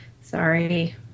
Sorry